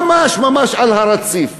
ממש על הרציף,